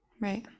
right